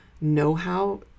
know-how